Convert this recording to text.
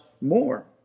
more